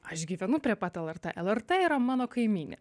aš gyvenu prie pat lrt lrt yra mano kaimynė